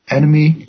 enemy